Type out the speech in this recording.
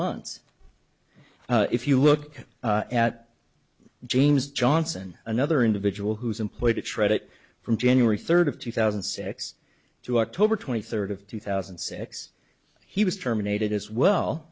months if you look at james johnson another individual who is employed to shred it from january third of two thousand and six to october twenty third of two thousand and six he was terminated as well